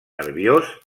nerviós